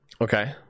Okay